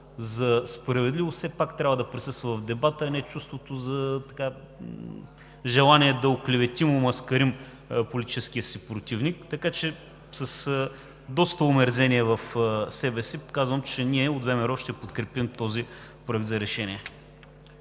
за справедливост все пак трябва да присъства в дебата, а не чувството и желанието да оклеветим и омаскарим политическия си противник, така че с доста омерзение в себе си казвам, че ние от ВМРО ще подкрепим този Проект за решение.